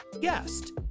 guest